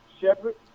Shepard